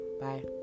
bye